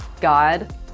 God